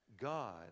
god